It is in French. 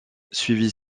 suivit